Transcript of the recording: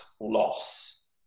loss